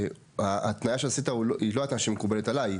ההתניה שעשית היא לא התניה שמקובלת עליי.